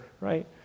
right